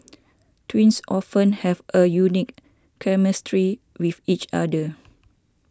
twins often have a unique chemistry with each other